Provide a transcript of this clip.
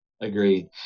Agreed